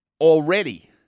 Already